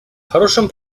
хорошим